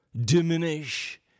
diminish